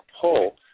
pull